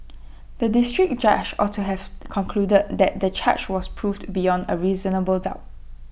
the District Judge ought to have concluded that the charge was proved beyond A reasonable doubt